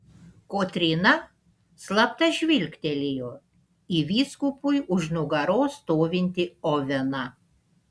kotryna slapta žvilgtelėjo į vyskupui už nugaros stovintį oveną